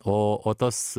o o tas